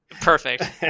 Perfect